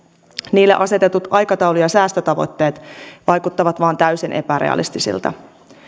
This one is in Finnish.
niille asetetut aikataulu ja säästötavoitteet vaikuttavat vain täysin epärealistisilta